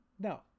No